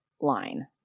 line